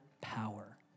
power